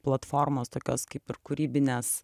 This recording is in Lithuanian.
platformos tokios kaip ir kūrybinės